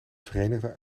verenigde